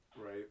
Right